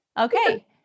okay